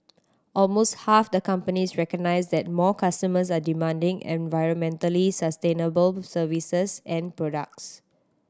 almost half the companies recognise that more customers are demanding environmentally sustainable services and products